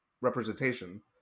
representation